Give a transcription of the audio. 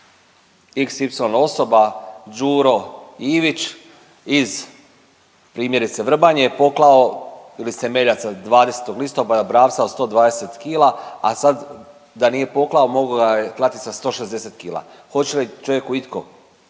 y osoba, Đuro Ivić iz primjerice Vrbanje je poklao …/Govornik se ne razumije./… 20. listopada bravca od 120 kila, a sad da nije poklao mogao ga je klati sa 160 kila. Hoće li čovjeku itko